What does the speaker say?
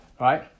Right